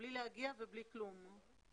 בלי להגיע ובלי כלום.